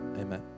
amen